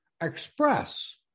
express